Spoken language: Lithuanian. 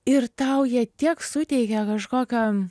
ir tau jie tiek suteikia kažkokio